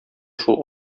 шул